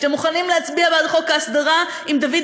אתם מוכנים להצביע בעד חוק ההסדרה אם דוד